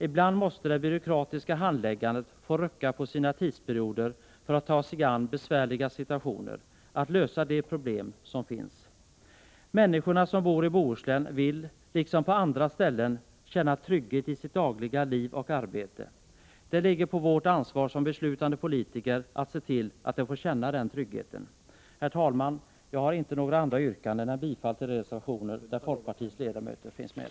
Ibland måste man i det byråkratiska handläggandet rucka på sina tidsperioder för att ta sig an och lösa de problem som finns. Människorna i Bohuslän vill, liksom de som bor på andra ställen, känna trygghet i sitt dagliga liv och arbete. Det ligger på vårt ansvar som beslutande politiker att se till att de får känna den tryggheten. Herr talman! Jag har inte några andra yrkanden än bifall till de reservationer där folkpartiets ledamöter finns med.